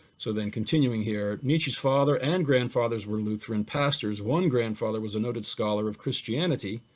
so then continuing here, nietzsche's father and grandfathers were lutheran pastors, one grandfather was a noted scholar of christianity,